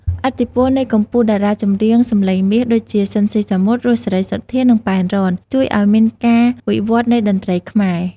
ឥទ្ធិពលនៃកំពូលតារ៉ាចម្រៀងសម្លេងមាស ដូចជា ស៊ីន ស៊ីសាមុត, រស់ សេរីសុទ្ធា, និង ប៉ែន រ៉ន ជួយអោយមានការវិវត្តន៍នៃតន្រ្តីខ្មែរ។